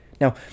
Now